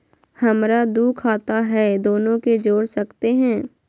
हमरा दू खाता हय, दोनो के जोड़ सकते है?